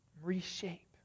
reshape